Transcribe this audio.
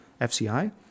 FCI